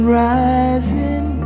rising